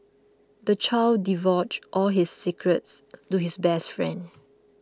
the child divulged all his secrets to his best friend